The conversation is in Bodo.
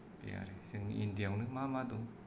बे आरो जोंनि इण्डिया आवनो मा मा दं